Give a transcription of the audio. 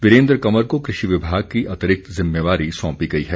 वीरेन्द्र कंवर को कृषि विभाग की अतिरिक्त जिम्मेवारी सौंपी गई है